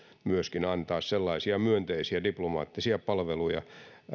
myöskin antaa sellaisia myönteisiä diplomaattisia palveluja